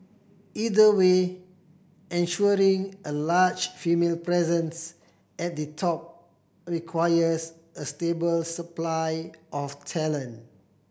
either way ensuring a larger female presence at the top requires a stable supply of talent